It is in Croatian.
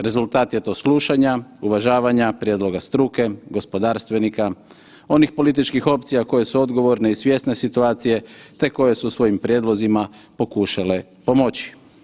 Rezultat je to slušanja, uvažavanja, prijedloga struke, gospodarstvenika onih političkih opcija koje su odgovorne i svjesni situacije te koje su svojim prijedlozima pokušale pomoći.